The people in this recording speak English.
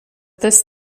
this